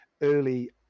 early